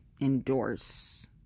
endorse